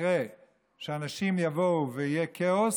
יקרה שאנשים יבואו ויהיה כאוס,